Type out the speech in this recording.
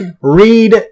read